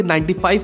95%